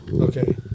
Okay